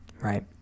right